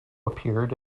appeared